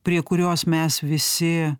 prie kurios mes visi